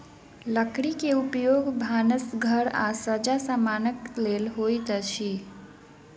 लकड़ी के उपयोग भानस घर आ सज्जा समानक लेल होइत अछि